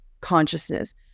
consciousness